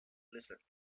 listed